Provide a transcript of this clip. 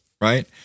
Right